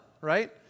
right